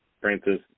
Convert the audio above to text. Francis